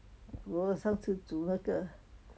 我上次煮那个